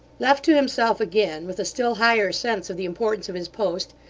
left to himself again with a still higher sense of the importance of his post,